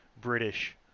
British